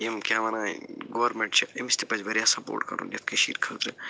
یِم کیٛاہ وَنان گورمنٛٹ چھِ أمِس تہِ پَزِ واریاہ سَپورَٹ کَرُن یَتھ کٔشیٖرِ خٲطرٕ